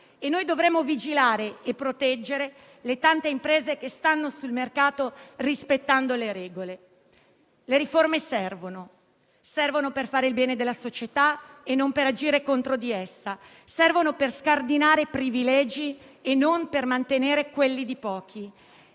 e dovremo vigilare e proteggere le tante imprese che stanno sul mercato rispettando le regole. Le riforme servono per fare il bene della società e non per agire contro di essa, per scardinare privilegi e non per mantenere quelli di pochi;